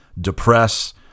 depress